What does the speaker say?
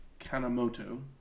Kanamoto